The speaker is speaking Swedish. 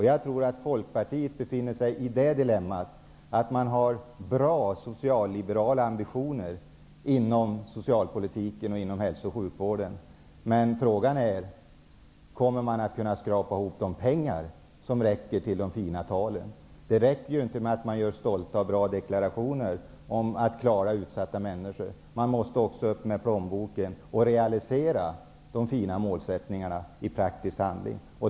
Jag tror att Folkpartiet befinner sig i dilemmat att man har bra socialliberala ambitioner inom socialpolitiken och hälso och sjukvården, men att frågan är om man kommer att kunna skrapa ihop de pengar som räcker till de fina talen. Det räcker inte med att man gör stolta och bra deklarationer om att hjälpa utsatta människor. Man måste också upp med plånboken och realisera de fina målsättningarna i praktisk handling.